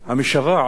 המשוועת,